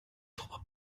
turbo